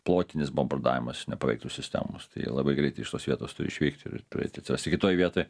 plotinis bombardavimas jis nepaveiktų sistemos tai labai greitai iš tos vietos turi išvykti ir turėti atsirasti kitoje vietoj